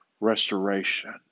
Restoration